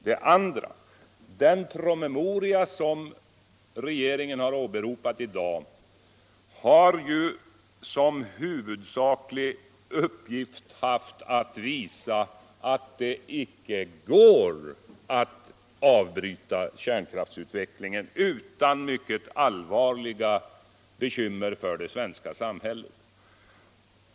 Det andra är att den promemoria som regeringen i dag har åberopat har som huvudsaklig uppgift att visa att det icke går att avbryta kärnkraftsutvecklingen utan mycket allvarliga bekymmer för det svenska samhället.